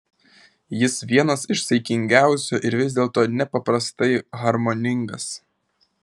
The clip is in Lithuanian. jis vienas iš saikingiausių ir vis dėlto nepaprastai harmoningas